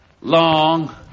long